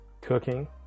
cooking